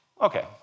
Okay